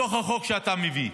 בחוק שאתה מביא.